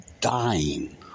dying